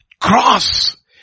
cross